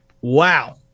wow